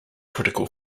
critical